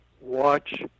watch